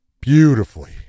beautifully